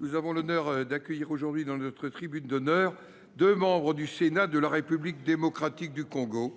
nous avons l’honneur d’accueillir aujourd’hui, dans notre tribune d’honneur, deux membres du Sénat de la République démocratique du Congo,